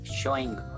showing